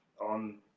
on